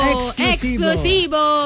Explosivo